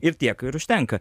ir tiek ir užtenka